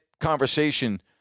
conversation